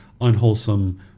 unwholesome